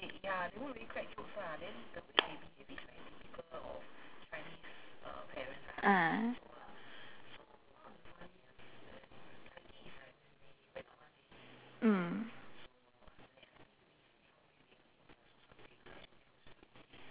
ah mm